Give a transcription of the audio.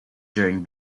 during